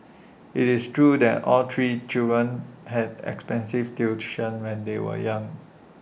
IT is true that all three children had expensive tuition when they were young